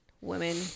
women